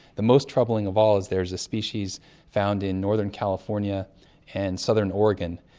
the most troubling of all is there's a species found in northern california and southern oregon,